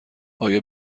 آیا